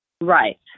Right